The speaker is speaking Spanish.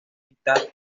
mitad